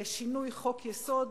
לשינוי חוק-יסוד,